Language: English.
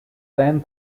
then